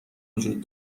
وجود